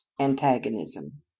antagonism